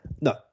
No